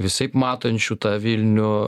visaip matančių tą vilnių